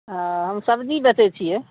हँ हम सब्जी बेचय छियै